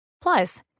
Plus